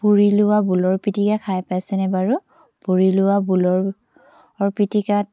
পুৰি লোৱা বোলৰ পিটিকা খাই পাইছেনে বাৰু পুৰি লোৱা বোলৰ পিটিকাত